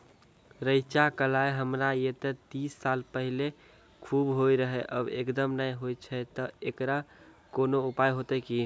रेचा, कलाय हमरा येते तीस साल पहले खूब होय रहें, अब एकदम नैय होय छैय तऽ एकरऽ कोनो उपाय हेते कि?